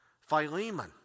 Philemon